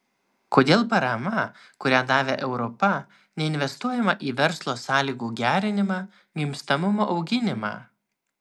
kodėl parama kurią davė europa neinvestuojama į verslo sąlygų gerinimą gimstamumo auginimą